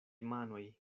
manoj